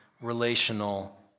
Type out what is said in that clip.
relational